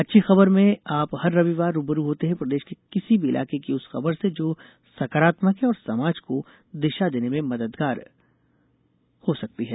अच्छी खबर में आप हर रविवार रूबरू होते हैं प्रदेश के किसी भी इलाके की उस खबर से जो सकारात्मक है और समाज को दिशा देने में मददगार हो सकती है